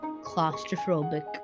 claustrophobic